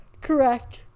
Correct